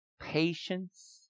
patience